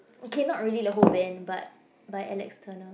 okay not really the whole band but but I like external